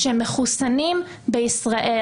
שהם מחוסנים בישראל,